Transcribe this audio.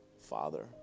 Father